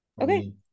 Okay